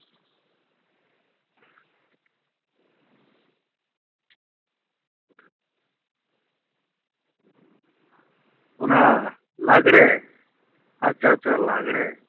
ᱚᱱᱟ ᱞᱟᱜᱽᱬᱮ ᱟᱪᱪᱷᱟ ᱟᱪᱪᱷᱟ ᱞᱟᱜᱽᱬᱮ